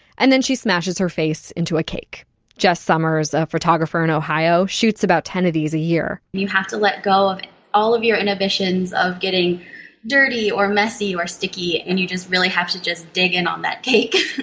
and she smashes her face into a cake jess summers, a photographer in ohio, shoots about ten of these a year. you have to let go of all of your inhibitions of getting dirty, or messy, or sticky, and you just really have to just dig in on that cake,